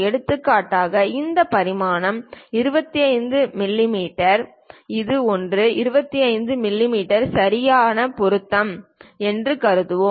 எடுத்துக்காட்டாக இந்த பரிமாணம் 25 மிமீ இது ஒன்று 25 மிமீ சரியான பொருத்தம் என்று கருதுவோம்